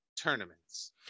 tournaments